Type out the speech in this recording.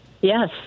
Yes